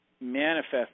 manifest